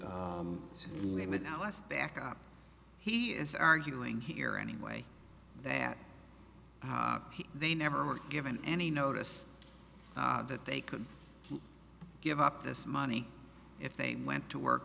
let's back up he is arguing here anyway that they never were given any notice that they could give up this money if they went to work